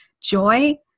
joy